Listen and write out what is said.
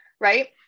Right